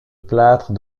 plâtre